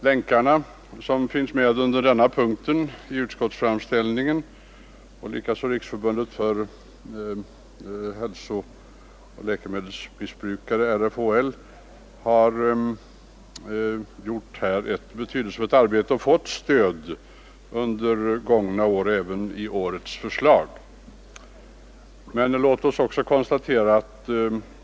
Länkarna, som finns med under denna punkt i utskottets framställning, och likaså Riksförbundet för hjälp åt läkemedelsmissbrukare, RFHL, har här gjort ett betydelsefullt arbete och fått stöd under gångna år och något höjt i årets proposition.